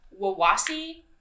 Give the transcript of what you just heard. Wawasi